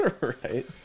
Right